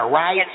right